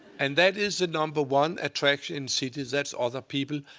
and that is the number one attraction in cities. that's other people.